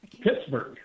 Pittsburgh